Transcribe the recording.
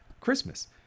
Christmas